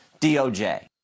DOJ